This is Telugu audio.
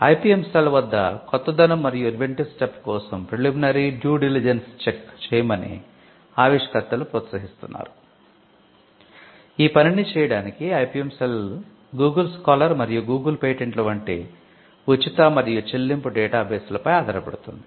IPM cell innovation Q plus మొదలైన చెల్లింపు డేటా బేస్లపై ఆధారపడుతుంది